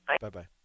Bye-bye